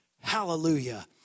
Hallelujah